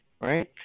right